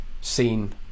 seen